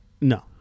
No